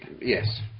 yes